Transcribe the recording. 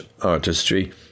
artistry